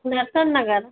दर्शन नगर